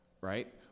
right